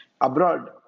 abroad